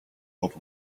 old